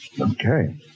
Okay